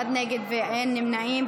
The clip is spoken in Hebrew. מתנגד אחד ואין נמנעים.